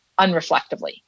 unreflectively